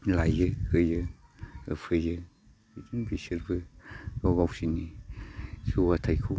लायो होयो फैयो बिदिनो बिसोरबो गावगावसिनि जौगाथायखौ